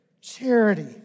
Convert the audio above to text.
Charity